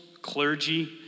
clergy